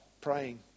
praying